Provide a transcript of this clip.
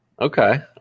okay